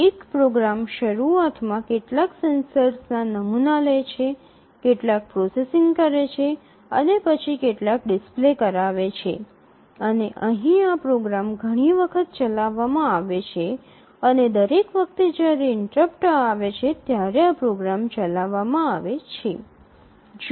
એક પ્રોગ્રામ શરૂઆતમાં કેટલાક સેન્સરના નમૂના લે છે કેટલાક પ્રોસેસીંગ કરે છે અને પછી કેટલાક ડિસ્પ્લે કરાવે છે અને અહીં આ પ્રોગ્રામ ઘણી વખત ચલાવવામાં આવે છે અને દરેક વખતે જ્યારે ઇન્ટરપ્ટ આવે છે ત્યારે આ પ્રોગ્રામ ચલાવવામાં આવે છે